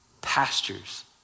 pastures